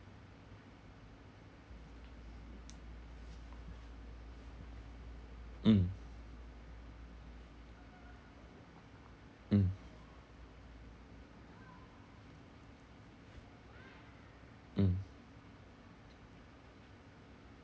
mm mm mm